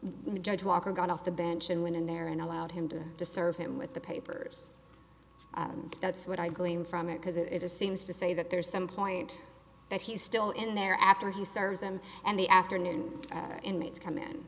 the judge walker got off the bench and went in there and allowed him to to serve him with the papers and that's what i glean from it because it is seems to say that there's some point that he's still in there after he serves him and the afternoon inmates come in